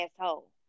asshole